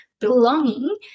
belonging